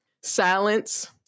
silence